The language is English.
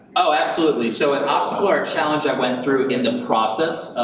oh, absolutely. so, an obstacle or a challenge i went through in the process